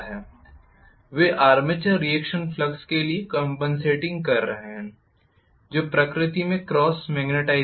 वे armature reaction flux के लिए compensating कर रहे हैं जो प्रकृति में क्रॉस मैग्नेटाइजिंग हैं